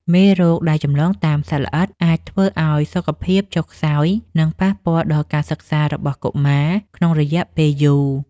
មេរោគដែលចម្លងតាមសត្វល្អិតអាចធ្វើឱ្យសុខភាពចុះខ្សោយ និងប៉ះពាល់ដល់ការសិក្សារបស់កុមារក្នុងរយៈពេលយូរ។